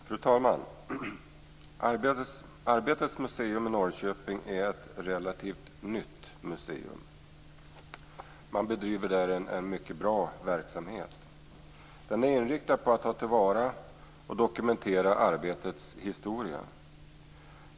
Fru talman! Arbetets museum i Norrköping är ett relativt nytt museum. Man bedriver där en mycket bra verksamhet. Den är inriktad på att ta till vara och dokumentera arbetets historia.